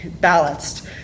balanced